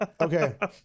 Okay